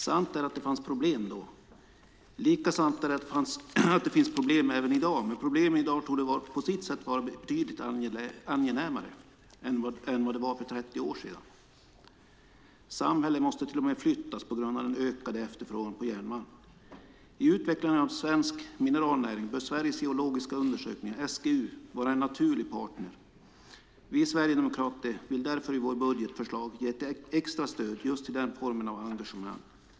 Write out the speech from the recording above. Sant är att det fanns problem då. Lika sant är det att finns problem även i dag. Men problemen i dag torde på sitt sätt vara betydligt angenämare än vad de var för 30 år sedan. Samhällen måste till och med flyttas på grund av den ökade efterfrågan på järnmalm. I utvecklandet av svensk mineralnäring bör Sveriges geologiska undersökning, SGU, vara en naturlig partner. Vi sverigedemokrater vill därför i vårt budgetförslag ge ett extra stöd just till den formen av engagemang.